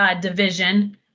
division